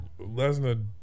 Lesnar